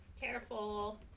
Careful